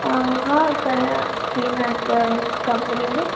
हा कयां थी मां हिक कम्पनी में